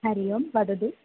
हरिः ओं वदतु